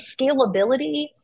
scalability